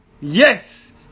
Yes